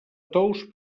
tous